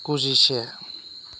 गुजिसे